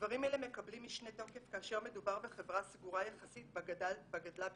דברים אלה מקבלים משנה תוקף כאשר מדובר בחברה סגורה יחסית בה גדלה ביתי.